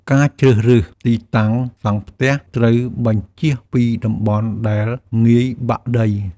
ការជ្រើសរើសទីតាំងសង់ផ្ទះត្រូវបញ្ចៀសពីតំបន់ដែលងាយបាក់ដី។